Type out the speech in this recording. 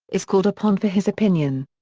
is called upon for his opinion.